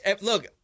Look